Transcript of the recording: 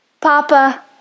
Papa